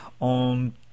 On